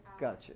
Gotcha